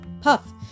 puff